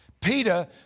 Peter